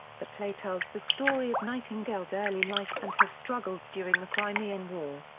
the play tells the story of nightingale's early life and her struggles during the crimean war.